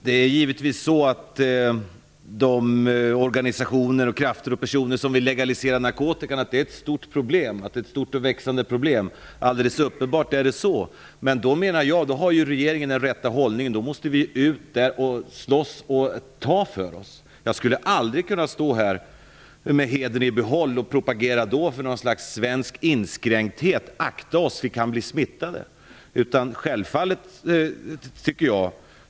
Fru talman! De organisationer, krafter och personer som vill legalisera narkotika utgör givetvis ett stort och växande problem. Det är alldeles uppenbart. Men då har regeringen den rätta hållningen. Vi måste ut och slåss och ta för oss. Jag skulle aldrig kunna stå här med hedern i behåll och propagera för något slags svensk inskränkthet, dvs. att vi måste akta oss så att vi inte blir smittade.